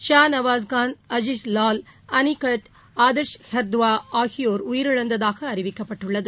ஷா நவாஸ்கான் அஷிஸ் லால் அனிகட் ஆதர்ஷ் ஹர்துவா ஆகியோர் உயிரிழந்ததாக அறிவிக்கப்பட்டுள்ளது